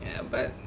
ya but